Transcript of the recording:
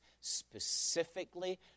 specifically